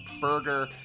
Burger